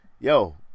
yo